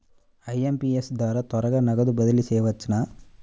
IMPS ద్వారా త్వరగా నగదు బదిలీ చేయవచ్చునా?